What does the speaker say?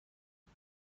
است